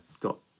got